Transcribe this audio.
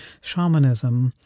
shamanism